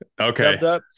Okay